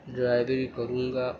ڈرائیوری کروں گا